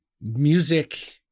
music